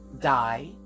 die